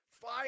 Fire